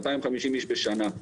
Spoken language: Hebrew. מאתיים חמישים איש בשנה,